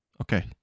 Okay